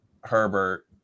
Herbert